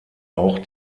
auch